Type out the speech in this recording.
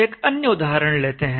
एक अन्य उदाहरण लेते हैं